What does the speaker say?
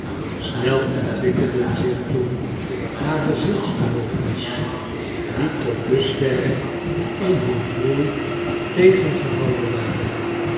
snel ontwikkelden zich toen hare zielsvermogens die tot dusverre in hun groei tegengehouden waren